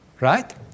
right